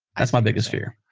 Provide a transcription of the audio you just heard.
that's my biggest fear.